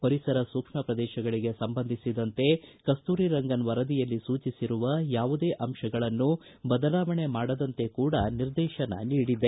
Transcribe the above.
ಪರಿಸರ ಸೂಕ್ಷ್ಮ ಪ್ರದೇಶಗಳಿಗೆ ಸಂಬಂಧಿಸಿದಂತೆ ಕಸ್ತೂರಿ ರಂಗನ್ ವರದಿಯಲ್ಲಿ ಸೂಚಿಸಿರುವ ಯಾವುದೇ ಅಂಶಗಳನ್ನು ಬದಲಾವಣೆ ಮಾಡದಂತೆ ಕೂಡ ನಿರ್ದೇಶನ ನೀಡಿದೆ